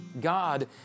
God